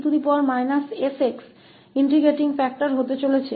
तो यहां e sx integrating factor होने जा रहा है